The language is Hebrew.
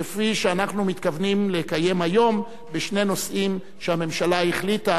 כפי שאנחנו מתכוונים לקיים היום בשני נושאים שהממשלה החליטה